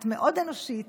את מאוד אנושית,